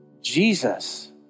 Jesus